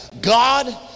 God